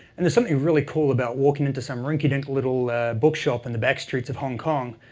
and there's something really cool about walking into some rinky-dink little book shop in the back streets of hong kong,